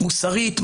מוסרית,